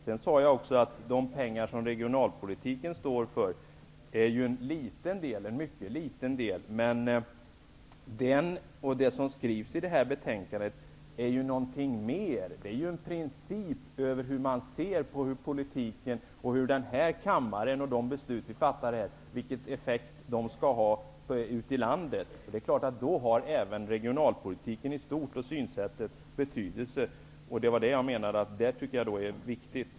Sedan sade jag också att de pengar som regionalpolitiken omfattas av är en mycket liten del. Men det som skrivs i betänkandet är någonting mer. Det handlar om en princip för hur man ser på politiken, på de beslut som vi fattar i denna kammare och vilken effekt de har ute i landet. Då har även regionalpolitiken i stort och synsättet betydelse. Det tycker jag är viktigt.